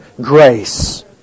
grace